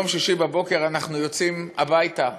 יום שישי בבוקר אנחנו יוצאים הביתה,